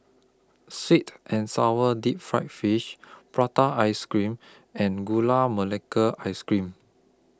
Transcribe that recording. Sweet and Sour Deep Fried Fish Prata Ice Cream and Gula Melaka Ice Cream